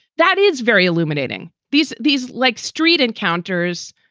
that is very illuminating. these these, like street encounters,